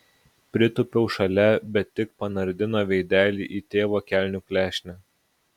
pritūpiau šalia bet tik panardino veidelį į tėvo kelnių klešnę